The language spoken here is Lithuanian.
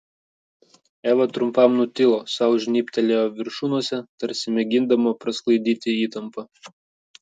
eva trumpam nutilo sau žnybtelėjo viršunosę tarsi mėgindama prasklaidyti įtampą